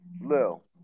Lil